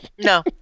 no